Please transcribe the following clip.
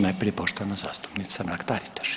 Najprije poštovana zastupnica Mrak Taritaš.